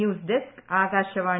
news desk Akashvani